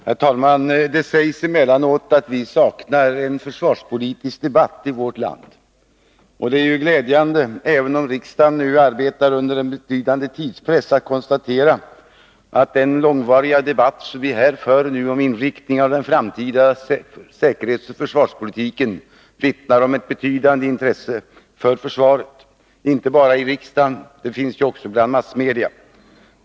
Herr talman! Det sägs emellanåt att vi saknar en försvarspolitisk debatt i vårt land. Därför är det glädjande, även om riksdagen nu arbetar under en betydande tidspress, att konstatera att den långvariga debatt som vi nu för om inriktningen av den framtida säkerhetsoch försvarspolitiken vittnar om ett betydande intresse för försvaret, inte bara i riksdagen utan också bland massmedia.